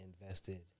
invested